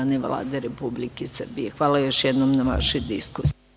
Vlade Republike Srbije. Hvala još jednom na vašoj diskusiji.